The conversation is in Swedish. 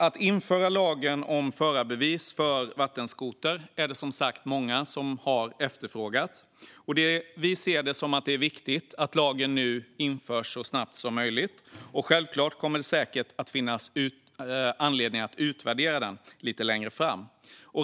Att införa lagen om förarbevis för vattenskoter är det som sagt många som har efterfrågat. Vi ser det som viktigt att lagen nu införs så snabbt som möjligt. Självklart kommer det att finnas anledning att utvärdera den lite längre fram.